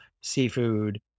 seafood